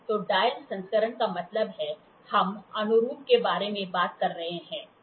तो डायल संस्करण का मतलब है हम अनुरूप के बारे में बात कर रहे हैं